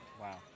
Wow